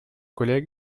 collègues